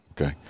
okay